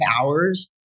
hours